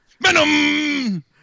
Venom